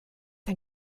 ein